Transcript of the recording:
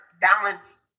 balance